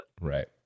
Right